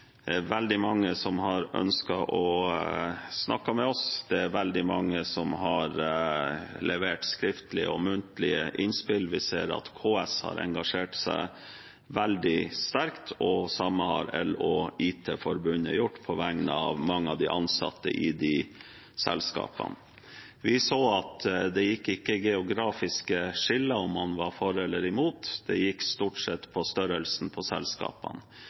levert skriftlige og muntlige innspill. Vi ser at KS har engasjert seg veldig sterkt, og det samme har EL og IT Forbundet gjort på vegne av mange av de ansatte i disse selskapene. Vi så at det ikke gikk geografiske skiller om man var for eller imot, det gikk stort sett på størrelsen på selskapene.